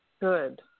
good